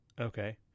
okay